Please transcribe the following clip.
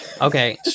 Okay